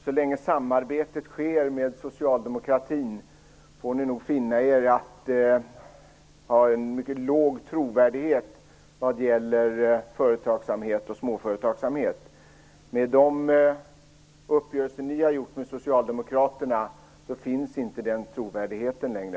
Så länge samarbetet pågår med socialdemokratin får ni nog finna er i att ha en mycket låg trovärdighet vad gäller företagsamhet och småföretagsamhet. Med de uppgörelser ni har träffat med Socialdemokraterna finns inte den trovärdigheten längre.